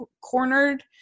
cornered